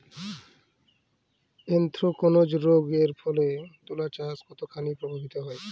Anthracnose রোগ এর ফলে তুলাচাষ কতখানি প্রভাবিত হয়?